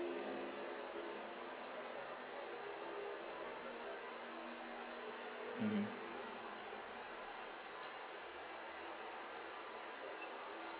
mmhmm